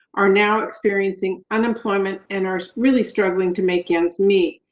are now experiencing unemployment and are really struggling to make ends meet.